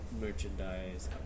Merchandise